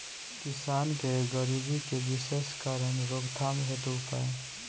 किसान के गरीबी के विशेष कारण रोकथाम हेतु उपाय?